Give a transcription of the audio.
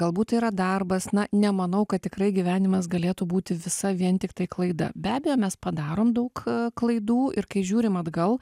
galbūt tai yra darbas na nemanau kad tikrai gyvenimas galėtų būti visa vien tiktai klaida be abejo mes padarom daug klaidų ir kai žiūrim atgal